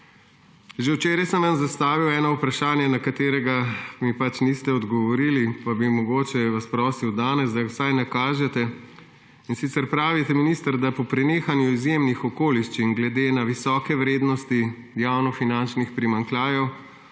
Že včeraj sem vam zastavil eno vprašanje, na katerega mi niste odgovorili, pa bi vas mogoče danes prosil, da vsaj nakažete. In sicer pravite, minister, da bo po prenehanju izjemnih okoliščin glede na visoke vrednosti javnofinančnih primanjkljajev